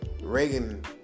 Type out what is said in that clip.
Reagan